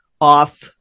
off